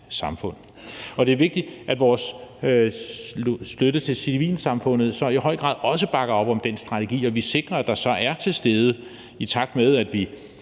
samfund. Det er vigtigt, at vores støtte til civilsamfundet i høj grad også bakker op om den strategi, og at vi sikrer, at der så også, i takt med at vi